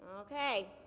Okay